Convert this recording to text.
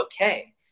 okay